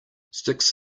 sticks